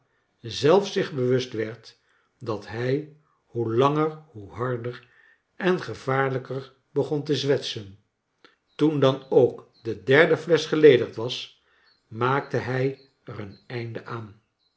zelf zich be w ust werd dat hij hoe langer hoe harder en gevaarlijker begon te zwetsen toen dan ook de derde flesch geledigd was maakte hij er een einde aan